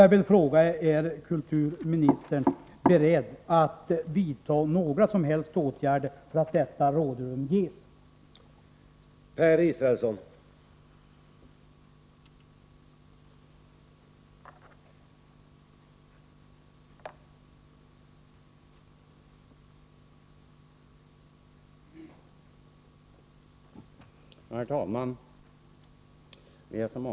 Jag vill fråga om kulturministern är beredd att vidta några som helst åtgärder för att detta rådrum skall ges.